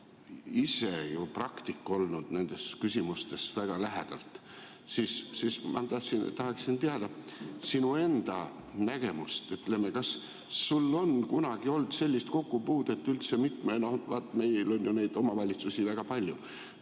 ise ju praktik olnud nendes küsimustes, väga lähedalt seotud, siis ma tahaksin teada sinu enda nägemust. Kas sul on kunagi olnud sellist kokkupuudet üldse – no vaat meil on neid omavalitsusi ju väga palju